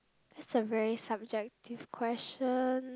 it's a very subjective question